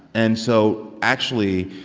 and so actually,